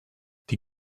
die